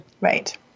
right